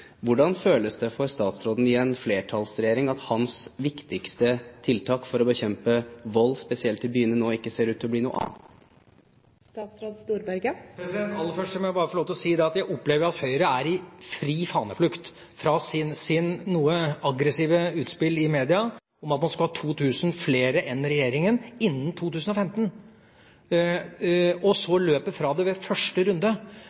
Hvordan føles det for statsråden, i en flertallsregjering, at hans viktigste tiltak for å bekjempe vold, spesielt i byene, nå ikke ser ut til å bli noe av? Aller først må jeg bare få lov til å si at jeg opplever at Høyre er i fri faneflukt fra sine noe aggressive utspill i media om at man skal ha 2 000 flere enn regjeringa innen 2015, og så løper man fra det ved første runde